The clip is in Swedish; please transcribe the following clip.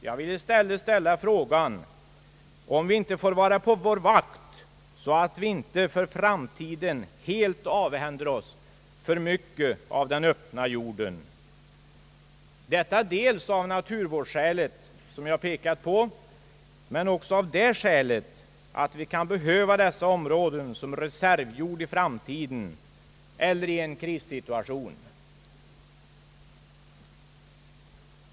Jag vill i stället fråga om vi inte bör vara på vår vakt så att vi inte för framtiden helt avhänder oss för mycket av den öppna jorden, detta dels av naturvårdsskälet som jag pekat på men också av det skälet att vi kan behöva dessa områden som reservjord i framtiden eller i en krissituation.